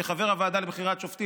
כחבר הוועדה לבחירת שופטים,